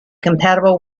compatible